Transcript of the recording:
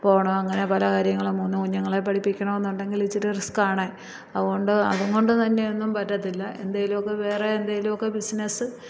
പോവണം അങ്ങനെ പല കാര്യങ്ങൾ മൂന്ന് കുഞ്ഞുങ്ങളെ പഠിപ്പിക്കണമെന്നുണ്ടെങ്കിൽ ഇച്ചിരി റിസ്ക്കാണ് അതുകൊണ്ട് അതുകൊണ്ട് തന്നെയൊന്നും പറ്റത്തില്ല എന്തെങ്കിലുമൊക്കെ വേറെ എന്തെങ്കിലുമൊക്കെ ബിസ്നസ്സ്